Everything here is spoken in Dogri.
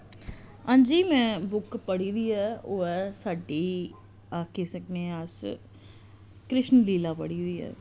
अंजी में बुक पढ़ी दी ऐ ओह् ऐ साड्डी आखी सकने आं अस कृष्ण लीला पढ़ी दी ऐ